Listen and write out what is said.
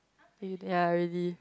you ya really